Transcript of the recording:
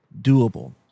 doable